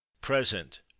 present